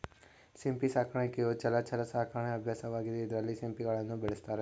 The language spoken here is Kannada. ಸಿಂಪಿ ಸಾಕಾಣಿಕೆಯು ಜಲಚರ ಸಾಕಣೆ ಅಭ್ಯಾಸವಾಗಿದೆ ಇದ್ರಲ್ಲಿ ಸಿಂಪಿಗಳನ್ನ ಬೆಳೆಸ್ತಾರೆ